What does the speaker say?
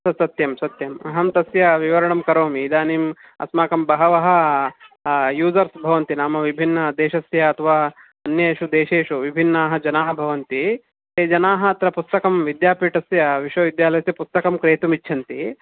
सत्यं सत्यम् अहं तस्य विवरणं करोमि इदानीम् अस्माकं बहवः यूसर्स् भवन्ति नाम विभिन्नदेशस्य अथवा अन्येषु देशेषु विभिन्नाः जनाः भवन्ति ते जनाः अत्र पुस्तकं विद्यापीठस्य विश्वविद्यालयस्य पुस्तकं क्रेतुम् इच्छन्ति